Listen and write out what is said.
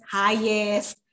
highest